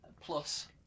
plus